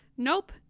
Nope